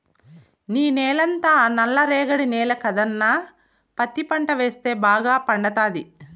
నీ నేలంతా నల్ల రేగడి నేల కదన్నా పత్తి పంట వేస్తే బాగా పండతాది